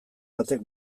batek